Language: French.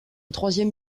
troisième